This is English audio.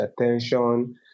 attention